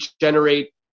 generate